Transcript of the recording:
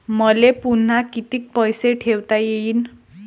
मले पुन्हा कितीक पैसे ठेवता येईन?